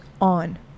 on